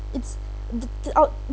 it's i~ i~ o